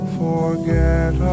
forget